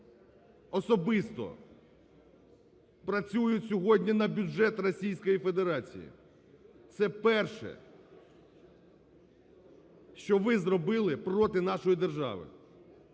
особисто працюють сьогодні на бюджет Російської Федерації. Це перше, що ви зробили проти нашої держави.